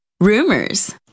rumors